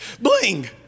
Bling